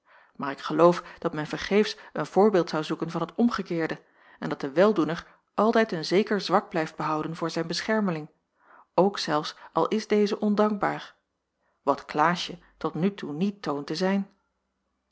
maar ik geloof dat men vergeefs een voorbeeld zou zoeken van het omgekeerde en dat de weldoener altijd een zeker zwak blijft behouden voor zijn beschermeling ook zelfs al is deze ondankbaar wat klaasje tot nu toe niet toont te zijn